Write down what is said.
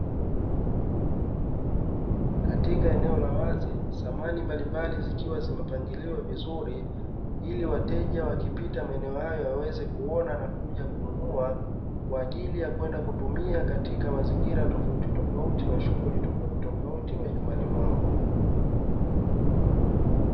Katika eneo la wazi samani mbalimbali zikiwa zimepangiliwa vizuri, ili wateja wakipita maeneo hayo waweze kuona na kuja kununua kwa ajili ya kwenda kutumia katika mazingira tofauti tofauti na shughuli tofauti tofauti majumbani mwao.